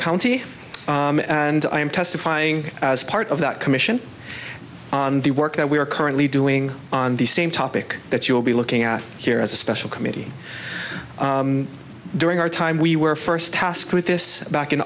county and i am testifying as part of that commission on the work that we are currently doing on the same topic that you will be looking at here as a special committee during our time we were first task with this back in